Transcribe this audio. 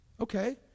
Okay